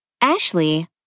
Ashley